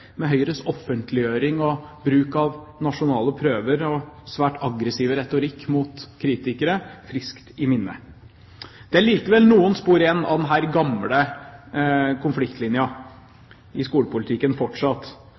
med Høyres offentliggjøring og bruk av nasjonale prøver og svært aggressive retorikk mot kritikere friskt i minne. Det er likevel fortsatt noen spor igjen av denne gamle